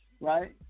right